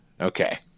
Okay